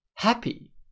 Happy